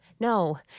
No